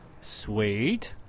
Sweet